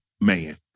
man